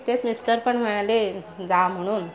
तेच मिस्टर पण म्हणाले जा म्हणून